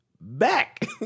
back